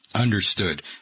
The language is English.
Understood